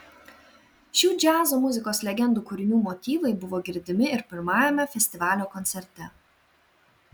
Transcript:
šių džiazo muzikos legendų kūrinių motyvai buvo girdimi ir pirmajame festivalio koncerte